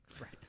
Right